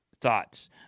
Thoughts